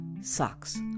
Socks